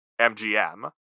MGM